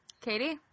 Katie